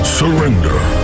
surrender